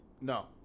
No